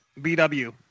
BW